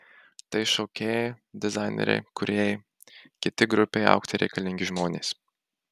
tai šokėjai dizaineriai kūrėjai kiti grupei augti reikalingi žmonės